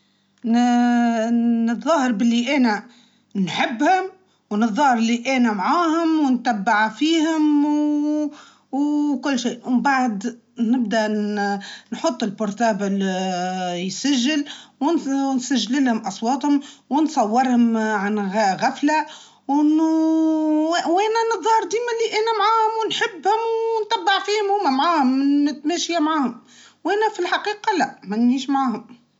نجمع المعلومات اللي تمكن الشرطة بمعرفة المجرمين اللي هم يكونوا ويعملوا في حويجم شومة ويعملوا في حويجم معاناة غير لائقة ونعمل علاقات معها مانعات باش نكسب ثقتهم بيها من غير ما نحطهم يشكوا فيها ونكون في فايقه.